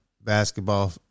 basketball